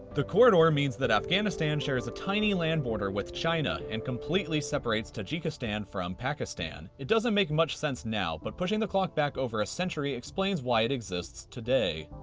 the corridor means that afghanistan shares a tiny land border with china and completely separates tajikistan from pakistan. it doesn't make much sense now, but pushing the clock back over a century explains why it exists today.